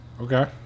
Okay